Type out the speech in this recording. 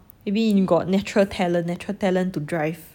maybe you got natural talent natural talent to drive